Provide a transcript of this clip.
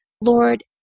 Lord